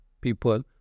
people